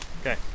Okay